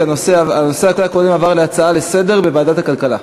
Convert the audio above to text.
שהנושא הקודם עבר להצעה לסדר-היום בוועדת הכלכלה.